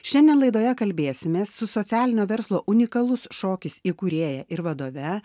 šiandien laidoje kalbėsimės su socialinio verslo unikalus šokis įkūrėja ir vadove